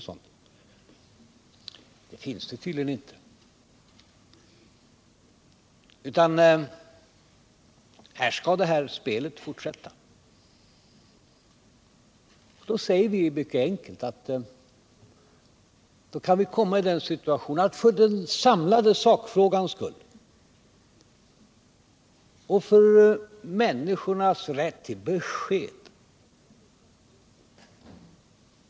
Men det finns det tydligen inte. Och nu skall detta spel fortsätta. Den energipolitiska debatt som de borgerliga har fört tror jag har skadat förtroendet för politiken.